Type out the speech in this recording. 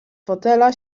fotela